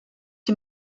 die